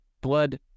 blood